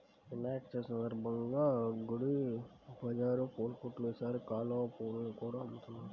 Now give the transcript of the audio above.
వినాయక చవితి సందర్భంగా గుడి బజారు పూల కొట్టుల్లో ఈసారి కలువ పువ్వుల్ని కూడా అమ్ముతున్నారు